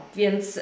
więc